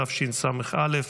התשס"א 2000)